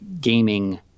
gaming